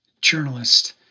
journalist